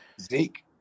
Zeke